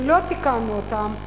ולא תיקנו אותם,